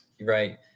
Right